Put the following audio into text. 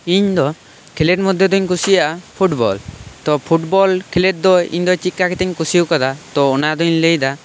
ᱤᱧ ᱫᱚ ᱠᱷᱮᱞᱳᱰ ᱢᱚᱫᱽ ᱨᱮ ᱫᱚᱧ ᱠᱩᱥᱤᱭᱟᱜᱼᱟ ᱯᱷᱩᱴᱵᱚᱞ ᱛᱚ ᱯᱷᱩᱴᱵᱚᱞ ᱠᱷᱮᱞᱳᱰ ᱫᱚ ᱤᱧ ᱫᱚ ᱪᱮᱫ ᱞᱮᱠᱟ ᱠᱟᱛᱮᱧ ᱠᱩᱥᱤ ᱠᱟᱣᱫᱟ ᱛᱚ ᱚᱱᱟ ᱫᱚᱧ ᱞᱟᱹᱭ ᱮᱫᱟ